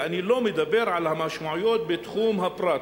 ואני לא מדבר על המשמעויות בתחום הפרט,